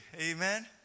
amen